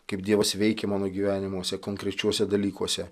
kaip dievas veikė mano gyvenimuose konkrečiuose dalykuose